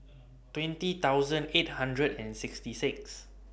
twenty thousand eight hundred and sixty six